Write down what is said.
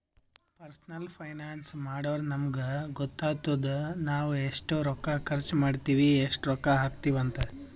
personal finance ಮಾಡುರ್ ನಮುಗ್ ಗೊತ್ತಾತುದ್ ನಾವ್ ಎಸ್ಟ್ ರೊಕ್ಕಾ ಖರ್ಚ್ ಮಾಡ್ತಿವಿ, ಎಸ್ಟ್ ರೊಕ್ಕಾ ಹಾಕ್ತಿವ್ ಅಂತ್